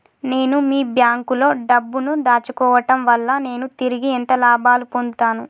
నేను మీ బ్యాంకులో డబ్బు ను దాచుకోవటం వల్ల నేను తిరిగి ఎంత లాభాలు పొందుతాను?